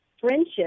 friendship